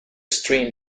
stream